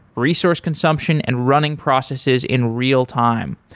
resource consumption and running processes in real time.